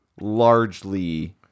largely